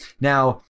Now